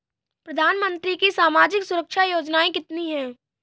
प्रधानमंत्री की सामाजिक सुरक्षा योजनाएँ कितनी हैं?